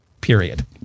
period